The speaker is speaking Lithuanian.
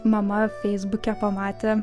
mama feisbuke pamatė